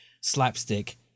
slapstick